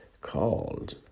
called